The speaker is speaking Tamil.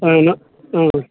அதுதான் ம்